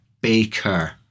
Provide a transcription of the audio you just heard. baker